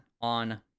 on